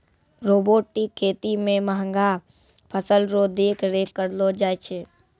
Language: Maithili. रोबोटिक खेती मे महंगा फसल रो देख रेख करलो जाय छै